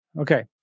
Okay